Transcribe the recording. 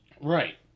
Right